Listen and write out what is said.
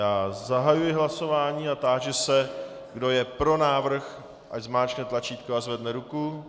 Já zahajuji hlasování a táži se, kdo je pro návrh, ať zmáčkne tlačítko a zvedne ruku.